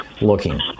looking